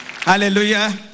Hallelujah